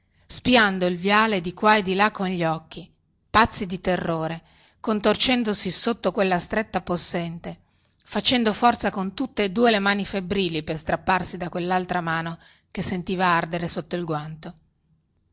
spiando il viale di qua e di là con occhi pazzi di terrore contorcendosi sotto quella stretta possente facendo forza con tutte e due le mani febbrili per strapparsi da quellaltra mano che sentiva ardere sotto il guanto